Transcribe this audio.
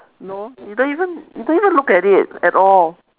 no you don't even you don't even look at it at all